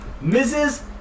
Mrs